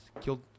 killed